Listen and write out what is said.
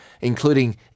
including